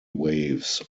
waves